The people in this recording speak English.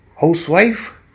Housewife